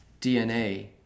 DNA